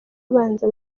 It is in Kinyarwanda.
abanza